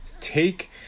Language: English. take